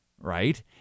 right